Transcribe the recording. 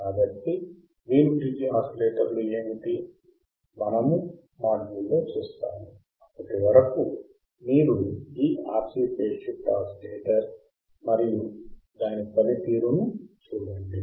కాబట్టి Wien bridge ఆసిలేటర్లు ఏమిటి మనము మాడ్యూల్లో చూస్తాము అప్పటి వరకు మీరు ఈ RC ఫేజ్ షిఫ్ట్ ఆసిలేటర్ మరియు దాని పనితీరును చూడండి